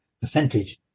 percentage